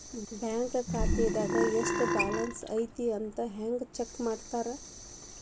bank ಖಾತೆದಾಗ ಎಷ್ಟ balance ಐತಿ ಅಂತ ಹೆಂಗ ಚೆಕ್ ಮಾಡ್ತಾರಾ